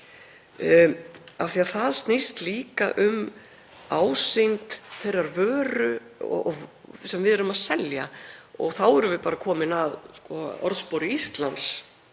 það snýst líka um ásýnd þeirrar vöru sem við erum að selja. Og þá erum við bara komin að orðspori Íslands